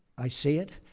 i see it.